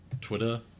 Twitter